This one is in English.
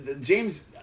James